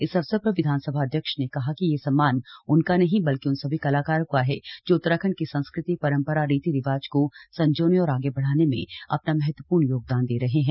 इस अवसर पर विधानसभा अध्यक्ष ने कहा कि यह सम्मान उनका नहीं बल्कि उन सभी कलाकारों का है जो उत्तराखंड की संस्कृति परंपरा रीति रिवाज को संजोने और आगे बढ़ाने में अपना महत्वपूर्ण योगदान दे रहे हैं